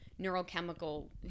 neurochemical